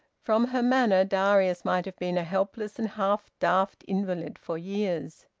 from her manner darius might have been a helpless and half-daft invalid for years.